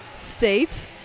state